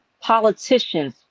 politicians